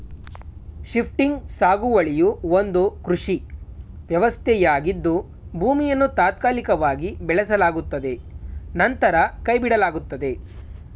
shifting ಸಾಗುವಳಿಯು ಒಂದು ಕೃಷಿ ವ್ಯವಸ್ಥೆಯಾಗಿದ್ದು ಭೂಮಿಯನ್ನು ತಾತ್ಕಾಲಿಕವಾಗಿ ಬೆಳೆಸಲಾಗುತ್ತದೆ ನಂತರ ಕೈಬಿಡಲಾಗುತ್ತದೆ